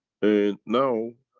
and now,